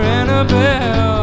Annabelle